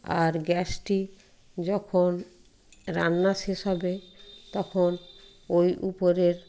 আর গ্যাসটি যখন রান্না শেষ হবে তখন ওই উপরের